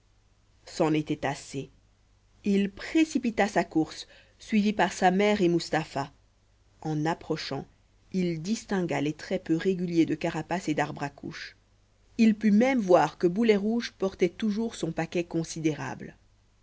c'en était assez il précipita sa course suivi par sa mère et mustapha en approchant il distingua les traits peu réguliers de carapace et darbre à couche il put même voir que boulet rouge portait toujours son paquet considérable